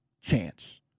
chance